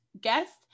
guest